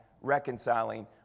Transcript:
reconciling